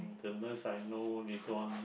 the nurse I know later on